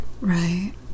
Right